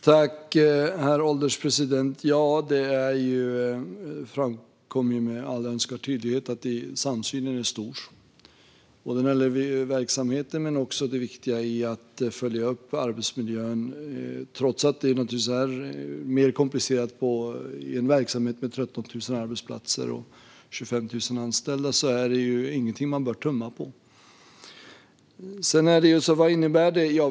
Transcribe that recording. Herr ålderspresident! Det framkom med all önskvärd tydlighet att samsynen är stor. Det gäller verksamheten men också det viktiga i att följa upp arbetsmiljön. Trots att det naturligtvis är mer komplicerat i en verksamhet med 13 000 arbetsplatser och 25 000 anställda är det ingenting man bör tumma på. Vad innebär då detta?